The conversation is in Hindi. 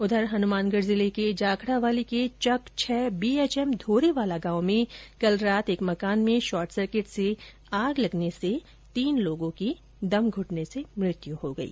उधर हनुमानगढ़ जिले के जाखड़ावाली के चक छह बीएचएम धोरेवाला गांव में कल रात एक मकान में शॉर्ट सर्किट से आग लगने से तीन लोगों की दम घुटने से मृत्यु हो गयी